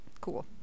cool